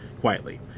quietly